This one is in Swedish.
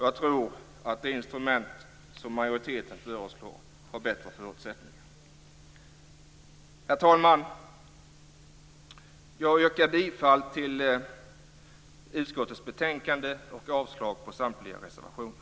Jag tror att det instrument som majoriteten föreslår har bättre förutsättningar. Herr talman! Jag yrkar bifall till utskottets betänkande och avslag på samtliga reservationer.